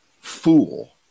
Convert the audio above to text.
fool